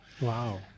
Wow